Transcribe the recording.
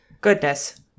Goodness